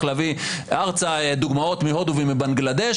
להביא ארצה דוגמאות מהודו ומבנגלדש,